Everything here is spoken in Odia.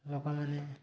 ଲୋକମାନେ